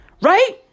Right